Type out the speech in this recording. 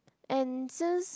and since